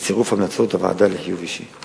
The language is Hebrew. בצירוף המלצות הוועדה לחיוב אישי.